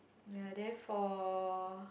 ya then for